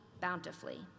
bountifully